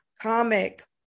comic